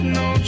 no